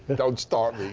and don't start me.